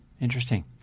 Interesting